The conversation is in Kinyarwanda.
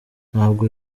ntabwo